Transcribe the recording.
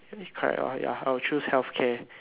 correct lor ya I would choose healthcare